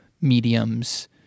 mediums